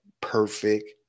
perfect